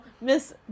miss